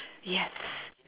yes